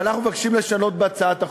ואנחנו מבקשים לשנות בהצעת החוק.